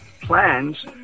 plans